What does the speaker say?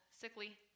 sickly